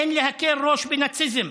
אין להקל ראש בנאציזם,